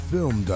Film